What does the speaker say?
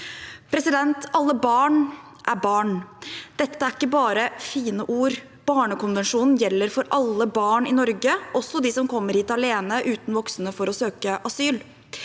i Norge. Alle barn er barn. Dette er ikke bare fine ord. Barnekonvensjonen gjelder for alle barn i Norge, også de som kommer hit alene, uten voksne, for å søke asyl.